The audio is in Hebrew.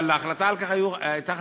אבל אני לא